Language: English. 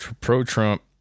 pro-Trump